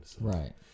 Right